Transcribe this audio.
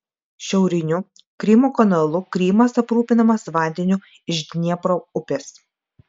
šiauriniu krymo kanalu krymas aprūpinamas vandeniu iš dniepro upės